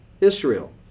Israel